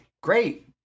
great